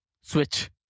Switch